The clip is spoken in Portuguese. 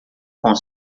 com